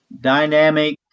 dynamic